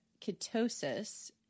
ketosis